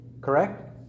correct